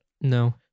No